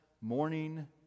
morning